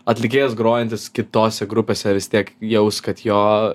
atlikėjas grojantis kitose grupėse vis tiek jaus kad jo